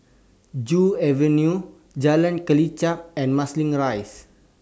Joo Avenue Jalan Kelichap and Marsiling Rise